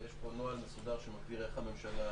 ויש פה נוהל מסודר שמגדיר איך הממשלה